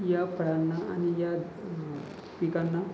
या फळांना आणि या पिकांना